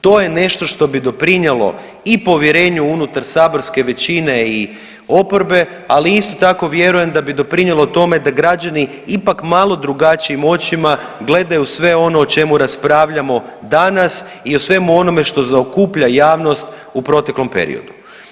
To je nešto što bi doprinijelo i povjerenju unutar saborske većine i oporbe, ali isto tako vjerujem da bi doprinijelo tome da građani ipak malo drugačijim očima gledaju sve ono o čemu raspravljamo danas i o svem onome što zaokuplja javnost u proteklom periodu.